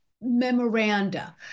memoranda